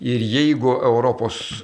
ir jeigu europos